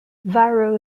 varro